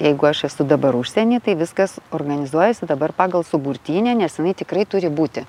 jeigu aš esu dabar užsieny tai viskas organizuojasi dabar pagal suburtynę nes jinai tikrai turi būti